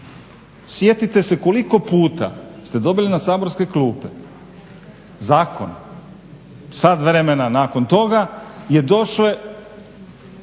Sjetite se koliko puta ste dobili na saborske klupe zakon, sat vremena nakon toga su došli